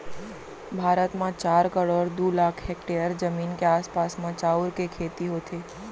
भारत म चार करोड़ दू लाख हेक्टेयर जमीन के आसपास म चाँउर के खेती होथे